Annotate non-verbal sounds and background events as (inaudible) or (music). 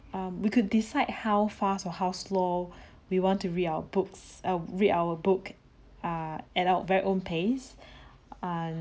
um we could decide how fast or how slow (breath) we want to read our books err read our book ah at our very own pace (breath) ah